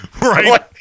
Right